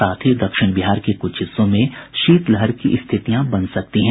साथ ही दक्षिण बिहार के कुछ हिस्सों में शीतलहर की स्थितियां बन सकती हैं